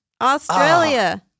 Australia